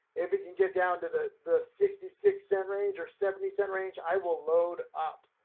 if it can get down to the the sixty six cent range or seventy cent range, i will load up.